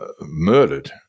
murdered